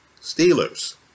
Steelers